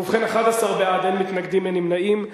ובכן, 11 בעד, אין מתנגדים, אין נמנעים.